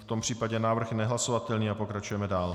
V tom případě návrh je nehlasovatelný a pokračujeme dál.